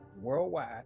worldwide